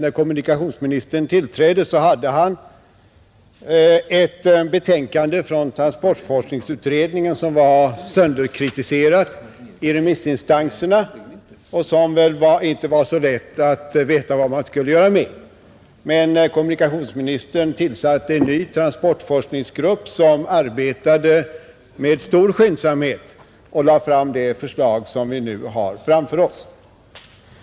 När kommunikationsministern tillträdde förelåg ett betänkande från transportforskningsutredningen som var sönderkritiserat i remissinstanserna och som det väl inte var så lätt att veta vad man skulle göra med, Men kommunikationsministern tillsatte en ny transportforskningsgrupp, som arbetade med stor skyndsamhet och lade fram det förslag vi nu har framför oss.